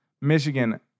michigan